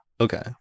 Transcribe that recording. Okay